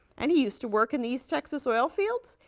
and he used to work in the east texas oil fields?